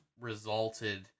resulted